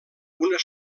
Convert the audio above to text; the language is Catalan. una